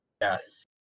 Yes